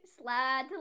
slide